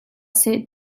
seh